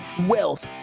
wealth